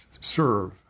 serve